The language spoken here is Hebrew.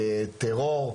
כטרור,